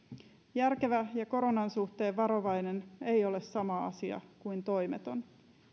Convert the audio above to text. järkevä ja koronan suhteen varovainen ei ole sama asia kuin toimeton